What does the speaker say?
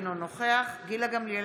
אינו נוכח גילה גמליאל,